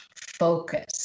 focus